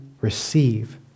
receive